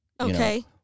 Okay